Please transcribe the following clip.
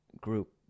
group